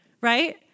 right